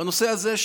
אני רק רוצה לומר,